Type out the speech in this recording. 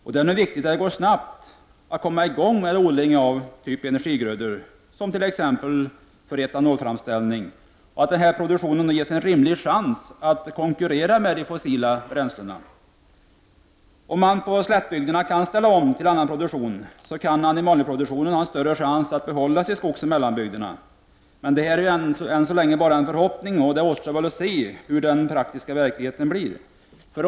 Det är nu viktigt att snabbt komma i gång med odling av energigrödor, t.ex. för etanolframställning, och att denna produktion ges en rimlig chans att konkurrera med de fossila bränslena. Om man i slättbygderna kan ställa om till annan produktion kan animalieproduktionen ha en större chans att få leva vidare i skogsoch mellanbygderna. Men detta är ju än så länge bara en förhoppning. Det återstår väl att se hur den praktiska verkligheten blir.